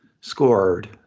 scored